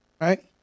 Right